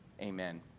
amen